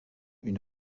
une